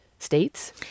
states